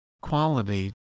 Quality